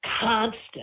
constant